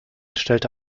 stellte